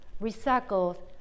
recycled